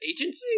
agency